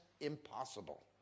impossible